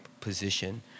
position